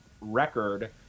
record